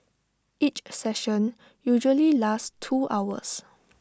each session usually lasts two hours